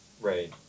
Right